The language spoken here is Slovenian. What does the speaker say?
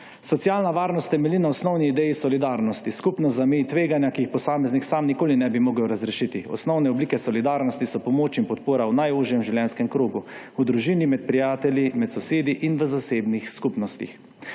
Socialna varnost temelji na osnovni ideji solidarnosti. Skupno zameji tveganja, ki jih posameznik sam nikoli ne bi mogel razrešiti. Osnovne oblike solidarnosti so pomoč in podpora v najožjem življenjskem krogu; v družini, med prijatelji, med sosedi in v zasebnih skupnostih.